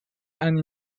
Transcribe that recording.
and